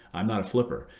i'm not a flipper.